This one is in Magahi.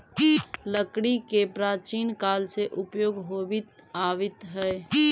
लकड़ी के प्राचीन काल से प्रयोग होवित आवित हइ